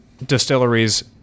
distilleries